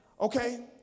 Okay